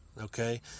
okay